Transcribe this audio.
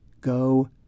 go